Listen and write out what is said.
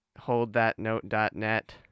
holdthatnote.net